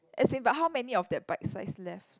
as in but how many of that bite size left